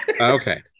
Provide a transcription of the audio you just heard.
Okay